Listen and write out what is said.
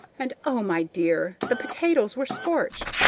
and, oh, my dear! the potatoes were scorched!